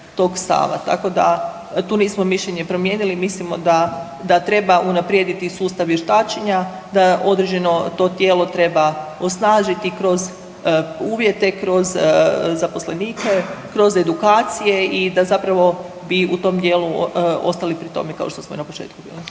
Tako da tu nismo mišljenje promijenili, mislimo da treba unaprijediti sustav vještačenja, da određeno to tijelo treba osnažiti kroz uvjete, kroz zaposlenike, kroz edukacije i da zapravo bi u tom dijelu ostali pri tome kao što smo i na početku rekli.